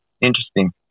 Interesting